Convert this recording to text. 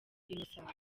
innocent